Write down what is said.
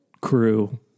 crew